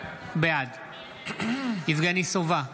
בעד יבגני סובה,